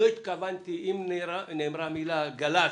לא התכוונתי, אם נאמרה מילה, או התפרש